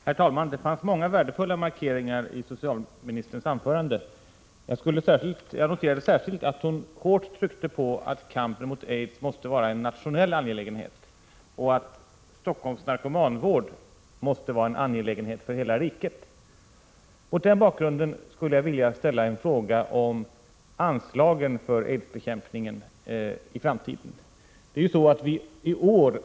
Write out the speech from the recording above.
Herr talman! Det fanns många värdefulla markeringar i socialministerns anförande. Jag noterade särskilt att hon hårt tryckte på att kampen mot aids måste vara en nationell angelägenhet och att Stockholms narkomanvård måste vara en angelägenhet för hela riket. Mot den bakgrunden skulle jag vilja ställa en fråga om anslagen för aidsbekämpningen i framtiden.